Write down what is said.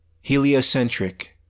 Heliocentric